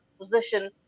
position